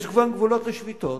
יש גם גבולות לשביתות,